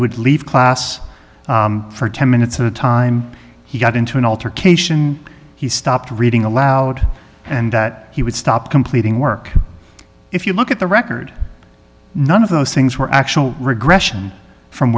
would leave class for ten minutes of the time he got into an altercation he stopped reading aloud and that he would stop completing work if you look at the record none of those things were actual regression from